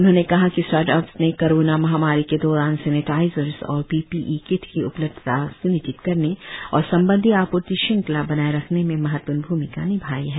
उन्होंने कहा कि स्टार्टअप्स ने कोरोना महामारी के दौरान सेनेटाइज़र्स और पीपीई किट की उपलब्धता स्निश्चित करने और संबंधी आपूर्ति श्रृंखला बनाए रखने में महत्वपूर्ण भूमिका निभाई है